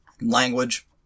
Language